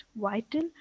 vital